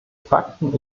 fakten